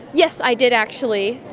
yes, i did actually.